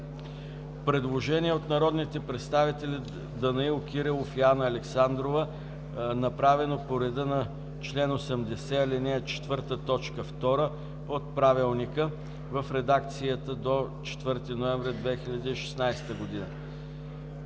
Предложение от народните представител Данаил Кирилов и Анна Александрова, направено по реда на чл. 80, ал. 4, т. 2 от Правилника в редакцията до 4 ноември 2016 г.